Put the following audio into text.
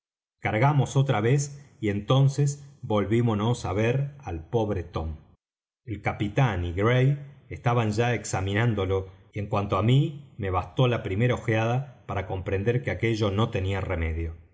cargamos otra vez y entonces volvímonos á ver al pobre tom illustration muerte de redruth el capitán y gray estaban ya examinándolo y en cuanto á mí me bastó la primera ojeada para comprender que aquello no tenía remedio